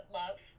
love